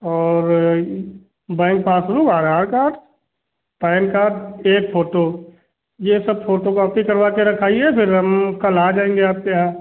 और इ bank passbook Aadhaar card PAN card एक फ़ोटो ये सब फ़ोटोकॉपी करवा के रखाइए फिर हम कल आ जाएँगे आपके यहाँ